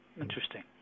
Interesting